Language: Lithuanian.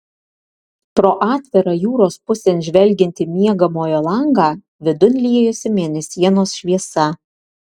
pro atvirą jūros pusėn žvelgiantį miegamojo langą vidun liejosi mėnesienos šviesa